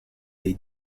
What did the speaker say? dei